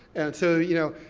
and so, you know,